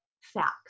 facts